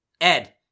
Ed